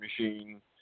machine